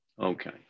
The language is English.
Okay